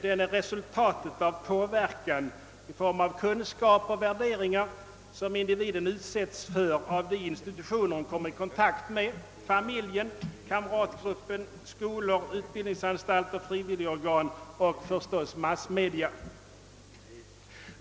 Den är resultatet av påverkan i form av kunskap och värderingar, som individen utsätts för av de institutioner han kommer i kontakt med — familjen, kamratgruppen, skolor och utbildningsanstalter, = frivilligorganisationer och massmedia.